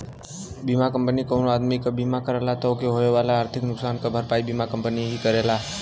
बीमा कंपनी कउनो आदमी क बीमा करला त ओके होए वाले आर्थिक नुकसान क भरपाई बीमा कंपनी ही करेला